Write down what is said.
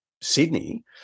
Sydney